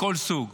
מכל סוג.